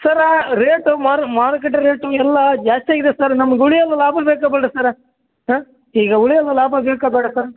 ಸರ rate ಮಾರುಕಟ್ಟೆ rate ಎಲ್ಲ ಜಾಸ್ತಿಯಾಗಿದೆ ಸರ್ ನಮ್ಗೆ ಉಳಿಯೋಲ್ಲ ಲಾಭ ಬೇಕಾ ಬೇಡ ಸರ ಹಾಂ ಈಗ ಉಳಿಯೋಲ್ಲ ಲಾಭ ಬೇಕಾ ಬೇಡ ಸರ್